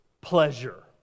pleasure